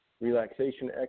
Relaxation